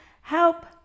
Help